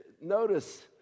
Notice